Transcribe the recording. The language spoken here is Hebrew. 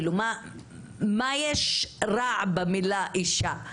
מה יש רע במילה אישה?